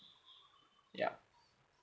yup